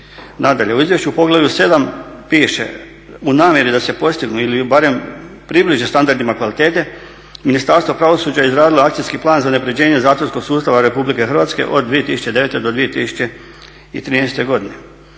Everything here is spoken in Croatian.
Nadalje u izvješću u poglavlju 7 piše u namjeri da se postignu ili barem približe standardima kvalitete Ministarstvo pravosuđa je izradilo Akcijski plan za unapređenje zatvorskog sustava RH od 2009.-2014.godine